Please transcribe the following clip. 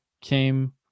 came